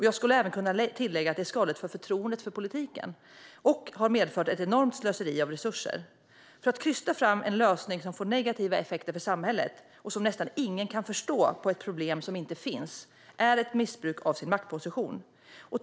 Jag skulle även kunna tillägga att det är skadligt för förtroendet för politiken och har medfört ett enormt slöseri med resurser. Att krysta fram en lösning som får negativa effekter för samhället och som nästan ingen kan förstå på ett problem som inte finns är ett missbruk av sin maktposition.